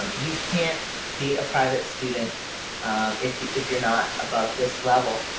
you can't be a private student if if you're not above this level.